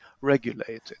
regulated